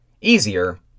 Easier